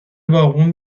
باغبون